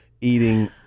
eating